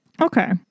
Okay